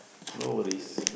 no worries